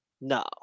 No